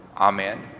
Amen